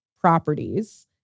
properties